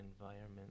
environment